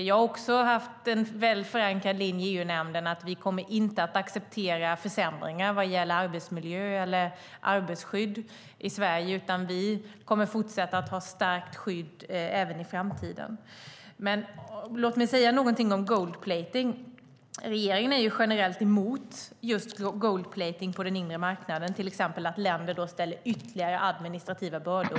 Jag har också haft en väl förankrad linje i EU-nämnden om att vi inte kommer att acceptera försämringar vad gäller arbetsmiljö eller arbetstagarskydd i Sverige, utan vi kommer att fortsätta att ha starkt skydd även i framtiden. Men låt mig säga någonting om gold-plating. Regeringen är generellt emot gold-plating på den inre marknaden, till exempel att länder lägger på ytterligare administrativa bördor.